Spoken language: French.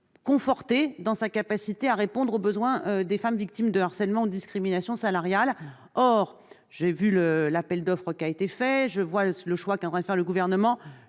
confortée dans sa capacité à répondre aux besoins des femmes victimes de harcèlement ou de discriminations salariales. Par ailleurs, j'ai vu l'appel d'offres qui a été lancé, je vois le choix qu'est en train de faire le Gouvernement.